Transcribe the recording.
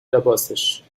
لباسش